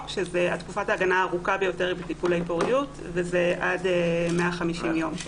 כאשר תקופת ההגנה הארוכה ביותר היא בטיפולי פוריות וזה עד 150 ימים.